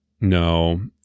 No